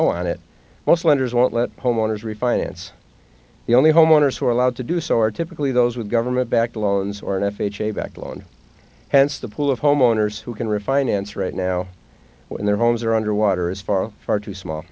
owe on it most lenders won't let homeowners refinance the only homeowners who are allowed to do so are typically those with government backed loans or an f h a backed loan hence the pool of homeowners who can refinance right now when their homes are underwater is far far too small